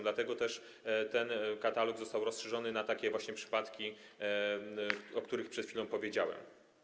Dlatego też ten katalog został rozszerzony o takie właśnie przypadki, o których przed chwilą powiedziałem.